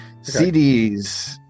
CDs